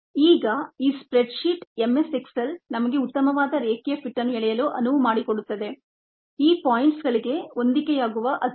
ಈಗ ಈ spreadsheet m s Excel ನಮಗೆ ಉತ್ತಮವಾದ ರೇಖೆಯ ಫಿಟ್ ಅನ್ನು ಎಳೆಯಲು ಅನುವು ಮಾಡಿಕೊಡುತ್ತದೆ ಈ ಪಾಯಿಂಟ್ಸ್ಗಳಿಗೆ ಹೊಂದಿಕೆಯಾಗುವ ಅತ್ಯುತ್ತಮ ರೇಖೆ